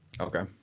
Okay